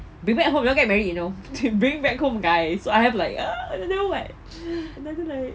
bring back home you don't get married you know bring back home guy so I have like ugh and then now what another like